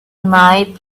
night